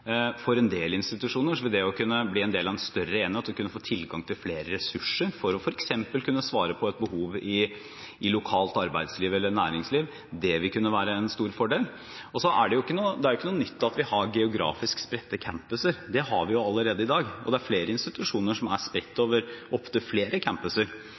For en del institusjoner vil det å kunne bli en del av en større enhet, å kunne få tilgang til flere ressurser for f.eks. å kunne svare på et behov i lokalt arbeidsliv eller næringsliv, være en stor fordel. Så er det ikke noe nytt at vi har geografisk spredte campuser. Det har vi allerede i dag. Og det er flere institusjoner som er spredt over opptil flere campuser.